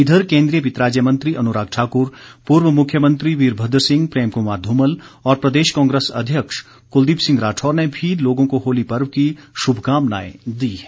इधर केन्द्रीय वित्त राज्य मंत्री अनुराग ठाकुर पूर्व मुख्यमंत्री वीरभद्र सिंह प्रेम कुमार धूमल और प्रदेश कांग्रेस अध्यक्ष कुलदीप सिंह राठौर ने भी लोगों को होली पर्व की शुभकामनाएं दी हैं